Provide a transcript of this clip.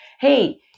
Hey